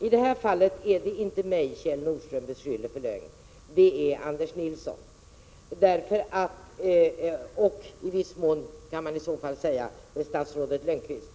I detta fall är det inte mig Kjell Nordström beskyller för lögn, utan det är Anders Nilsson och i viss mån statsrådet Lönnqvist.